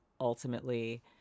ultimately